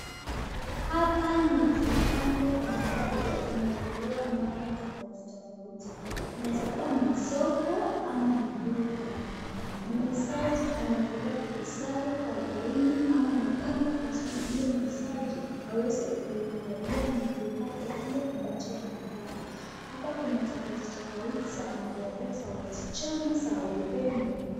Hapa ni kipande ambayo imeekelewa mali tofauti tofauti inaweza kuwa ni soko ama ni duka. Muuzaji ameekelea vitu zake kwa laini ama amepanga vizuri iyo meza aweze kuangalia na kupata kile ambacho inaitaka. Hapa kuna tofauti tofauti za madoadoa za wasichana za urembo.